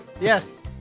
Yes